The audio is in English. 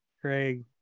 Craig